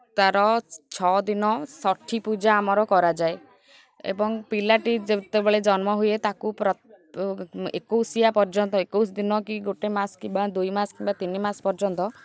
ତା'ର ଛଅ ଦିନ ଷଠି ପୂଜା ଆମର କରାଯାଏ ଏବଂ ପିଲାଟି ଯେତେବେଳେ ଜନ୍ମ ହୁଏ ତାକୁ ଏକୋଇଶିଆ ପର୍ଯ୍ୟନ୍ତ ଏକୋଇଶ ଦିନ କି ଗୋଟେ ମାସ କିମ୍ବା ଦୁଇ ମାସ କିମ୍ବା ତିନି ମାସ ପର୍ଯ୍ୟନ୍ତ